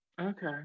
Okay